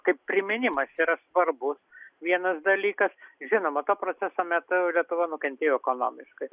kaip priminimas yra svarbus vienas dalykas žinoma to proceso metu lietuva nukentėjo ekonomiškai